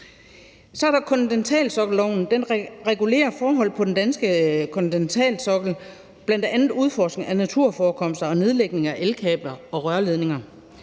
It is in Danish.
Så er der kontinentalsokkelloven. Den regulerer forhold på den danske kontinentalsokkel, bl.a. udforskning af naturforekomster og nedlægning af elkabler og rørledninger.